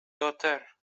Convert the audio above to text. dotter